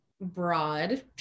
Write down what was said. broad